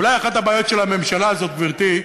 אולי אחת הבעיות של הממשלה הזאת, גברתי,